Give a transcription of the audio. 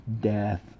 death